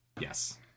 yes